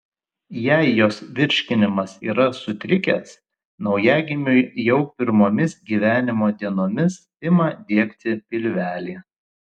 jei jos virškinimas yra sutrikęs naujagimiui jau pirmomis gyvenimo dienomis ima diegti pilvelį